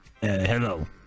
hello